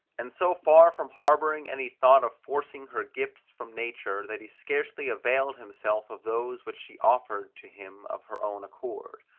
and so far from harbouring any thought of forcing her gifts from nature, that he scarcely availed himself of those which she offered to him of her own accord.